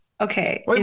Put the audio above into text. okay